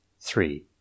Three